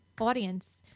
audience